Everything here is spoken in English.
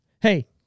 hey